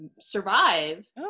survive